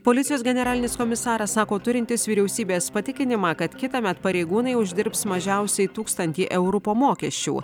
policijos generalinis komisaras sako turintis vyriausybės patikinimą kad kitąmet pareigūnai uždirbs mažiausiai tūkstantį eurų po mokesčių